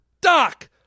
Doc